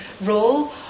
role